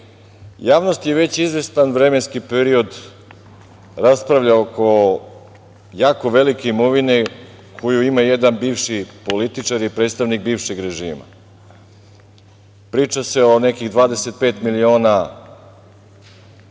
Javnost već izvestan vremenski period raspravlja oko jako velike imovine koju ima jedan bivši političar i predstavnik bivšeg režima. Priča se o nekih 25 miliona evra